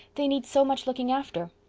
they need so much looking after.